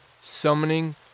Summoning